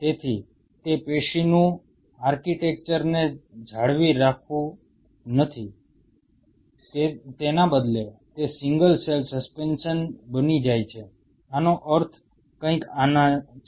તેથી તે પેશીનું આર્કિટેક્ચરને જાળવી રાખતું નથી તેના બદલે તે સિંગલ સેલ સસ્પેન્શન બની જાય છે આનો અર્થ કંઈક આનો છે